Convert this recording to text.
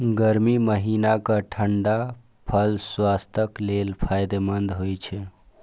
गर्मी महीनाक ठंढा फल स्वास्थ्यक लेल फायदेमंद होइ छै